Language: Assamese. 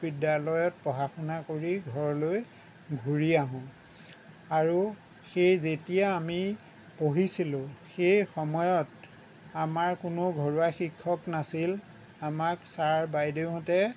বিদ্যালয়ত পঢ়া শুনা কৰি ঘৰলৈ ঘূৰি আহোঁ আৰু সেই যেতিয়া আমি পঢ়িছিলোঁ সেই সময়ত আমাৰ কোনো ঘৰুৱা শিক্ষক নাছিল আমাক ছাৰ বাইদেউহঁতে